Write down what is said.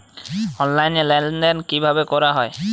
Online লেনদেন কিভাবে করা হয়?